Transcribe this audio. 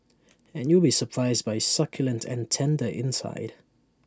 and you'll be surprised by its succulent and tender inside